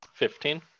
Fifteen